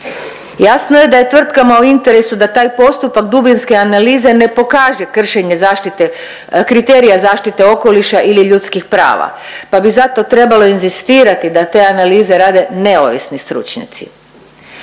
Jasno je da je tvrtkama u interesu da taj postupak dubinske analize ne pokaže kršenje zaštite kriterija zaštite okoliša ili ljudskih prava pa bi zato trebalo inzistirati da te analize rade neovisni stručnjaci.